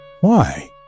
Why